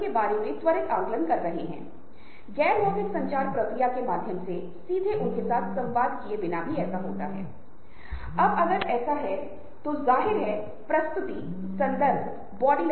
आप एक मानसिक मानचित्र बना सकते हैं जैसा कि मैंने आपको अपने लक्ष्यों को निर्धारित करने के बाद कहा था आपके लिए एक मानसिक मानचित्र विकसित करना आसान होगा कि आपको किसके संपर्क में रहना चाहिए